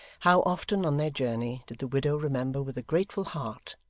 how often, on their journey, did the widow remember with a grateful heart,